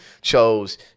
chose